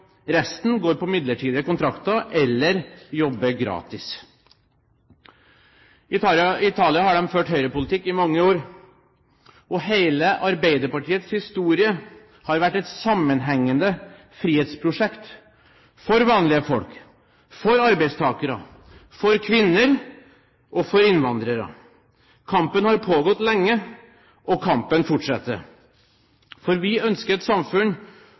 Resten går på midlertidige kontrakter eller jobber gratis. I Italia har de ført høyrepolitikk i mange år. Hele Arbeiderpartiets historie har vært et sammenhengende frihetsprosjekt – for vanlige folk, for arbeidstakere, for kvinner og for innvandrere. Kampen har pågått lenge, og kampen fortsetter, for vi ønsker et samfunn